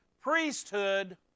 priesthood